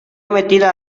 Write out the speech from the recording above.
metida